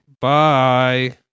Bye